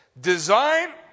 design